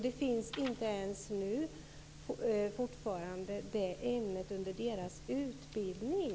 Detta ämne finns fortfarande inte i deras utbildning.